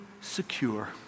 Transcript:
secure